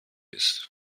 ist